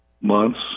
months